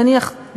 נניח,